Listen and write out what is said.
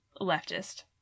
leftist